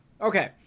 Okay